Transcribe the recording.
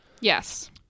yes